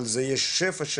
אבל יש שפע,